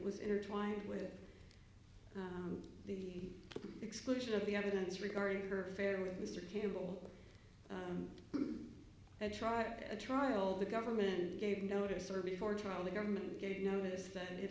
was intertwined with the exclusion of the evidence regarding her affair with mr campbell i tried a trial the government gave notice or before trial the government gave notice that it